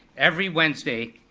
every wednesday.